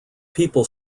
people